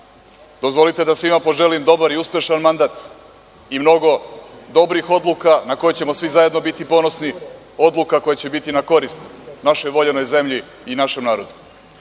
sali. Dozvolite da svima poželim dobar i uspešan mandat, i mnogo dobrih odluka na koje ćemo svi zajedno biti ponosni, odluka koje će biti na korist našoj voljenoj zemlji i našem